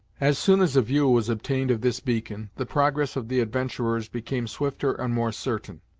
as soon as a view was obtained of this beacon, the progress of the adventurers became swifter and more certain.